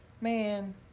Man